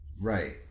Right